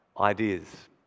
ideas